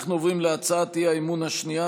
אנחנו עוברים להצעת האי-אמון השנייה,